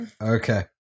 Okay